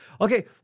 Okay